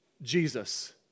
Jesus